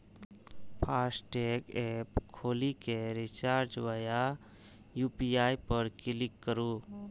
FASTag app खोलि कें recharge via UPI पर क्लिक करू